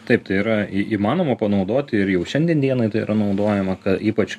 taip tai yra į įmanoma panaudoti ir jau šiandien dienai tai yra naudojama ypač